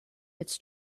its